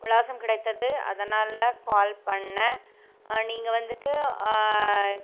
விலாசம் கிடைத்தது அதனால் தான் கால் பண்ணிணேன் நீங்கள் வந்துட்டு